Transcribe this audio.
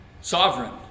Sovereign